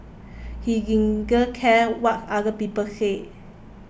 he care what other people said